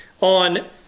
on